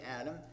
Adam